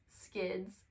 Skids